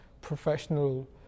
professional